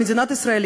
למדינת ישראל,